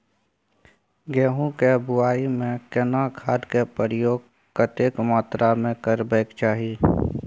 गेहूं के बुआई में केना खाद के प्रयोग कतेक मात्रा में करबैक चाही?